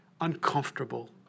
uncomfortable